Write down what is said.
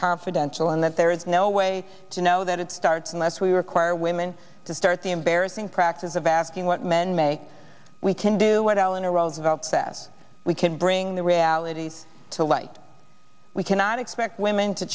confidential and that there is no way to know that it starts unless we require women to start the embarrassing practice of asking what men make we can do what eleanor roosevelt that we can bring the reality to light we cannot expect women to